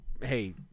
hey